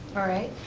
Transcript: alright,